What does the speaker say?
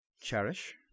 Cherish